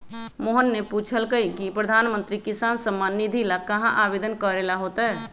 मोहन ने पूछल कई की प्रधानमंत्री किसान सम्मान निधि ला कहाँ आवेदन करे ला होतय?